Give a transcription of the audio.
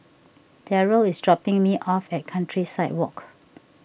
Derrell is dropping me off at Countryside Walk